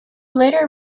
later